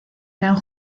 eran